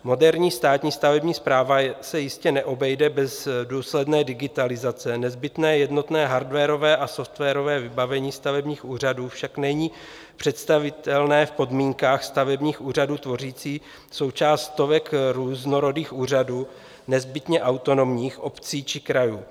Moderní státní stavební správa se jistě neobejde bez důsledné digitalizace, nezbytné jednotné hardwarové a softwarové vybavení stavebních úřadů však není představitelné v podmínkách stavebních úřadů tvořících součást stovek různorodých úřadů nezbytně autonomních obcí či krajů.